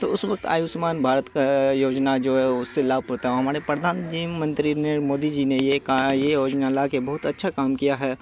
تو اس وقت آیوشمان بھارت کا یوجنا جو ہے اس سے لابھ پڑتا ہے ہمارے پردھان جی منتری نے مودی جی نے یہ یوجنا لا کے بہت اچھا کام کیا ہے